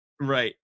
right